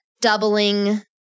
doubling